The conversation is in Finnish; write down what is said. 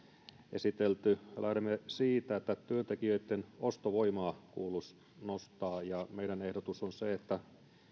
esitelty lähdemme siitä että työntekijöitten ostovoimaa kuuluisi nostaa ja meidän ehdotuksemme on se että